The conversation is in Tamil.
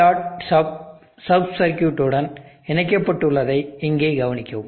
sub sub Circuit உடன் இணைக்கப்பட்டுள்ளதை இங்கே கவனிக்கவும்